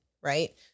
Right